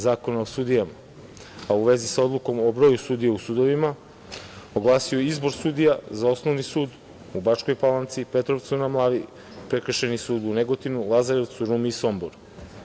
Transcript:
Zakona o sudijama, a u vezi sa Odlukom o broju sudija u sudovima, oglasio je izbor sudija za Osnovni sud u Bačkoj Palanci, Petrovcu na Mlavi, Prekršajni sud u Negotinu, Lazarevcu, Rumi i Somboru.